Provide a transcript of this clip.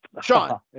sean